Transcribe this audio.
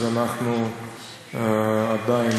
אנחנו עדיין